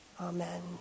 Amen